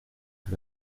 que